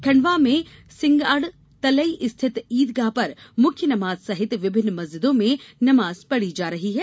खंडवा में सिंगाडतलई स्थित ईदगाह पर मुख्य नमाज सहित विभिन्न मस्जिदों में नमाज पढ़ी जा रही है